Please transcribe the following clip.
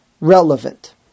relevant